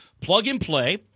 plug-and-play